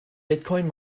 bitcoin